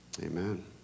Amen